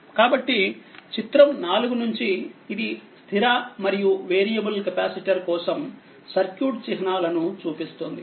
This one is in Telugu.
కాబట్టి చిత్రం 4 నుంచి ఇది స్థిర మరియు వేరియబుల్కెపాసిటర్కోసం సర్క్యూట్ చిహ్నాలను చూపిస్తుంది